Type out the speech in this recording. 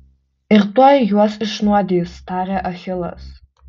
ir tuoj juos išnuodys tarė achilas